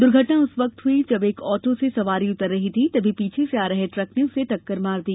दुर्घटना उस वक्त हुई जब एक आटो से सवारी उतर रही थी तभी पीछे से आ रहे ट्रक ने उसे टक्कर मार दी